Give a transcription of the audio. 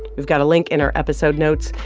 we've got a link in our episode notes.